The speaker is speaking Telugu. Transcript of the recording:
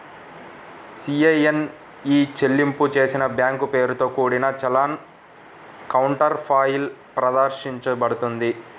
సి.ఐ.ఎన్ ఇ చెల్లింపు చేసిన బ్యాంక్ పేరుతో కూడిన చలాన్ కౌంటర్ఫాయిల్ ప్రదర్శించబడుతుంది